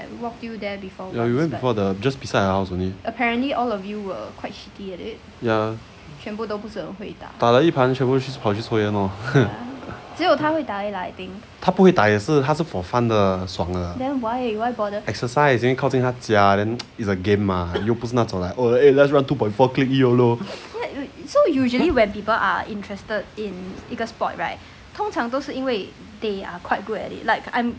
ya we went before the just beside our house only ya 打了一盘全部全部去抽烟 lor 他不会打也是是 for fun 的爽的 exercise then 靠近他家 then it's a game mah 也不是那种 eh let's run two point four click Y_O_L_O